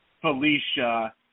Felicia